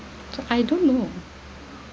so I don't know